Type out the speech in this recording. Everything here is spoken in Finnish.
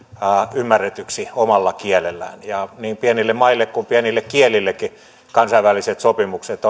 ymmärretyksi omalla kielellään niin pienille maille kuin pienille kielillekin kansainväliset sopimukset